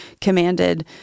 commanded